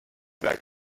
back